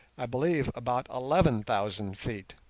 i believe, about eleven thousand feet.